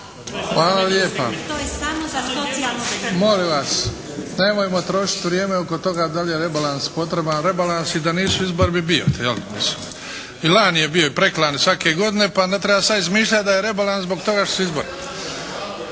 skrb./… Molim vas, nemojmo trošiti vrijeme oko toga da li je rebalans potreban. Rebalans i da nisu izbori bi bio, je li. I lani je bio i preklani i svake godine pa ne treba sad izmišljati da je rebalans zbog toga što su izbori.